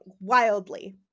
Wildly